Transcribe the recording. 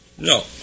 No